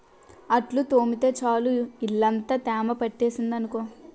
అంట్లు తోమితే చాలు ఇల్లంతా తేమ పట్టేసింది అనుకో